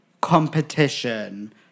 competition